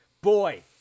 boy